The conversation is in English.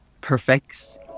perfects